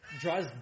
draws